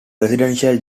residential